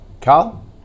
Carl